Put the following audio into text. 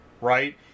right